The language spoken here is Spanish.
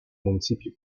municipio